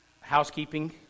housekeeping